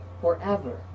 forever